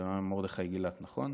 זה היה מרדכי גילת, נכון?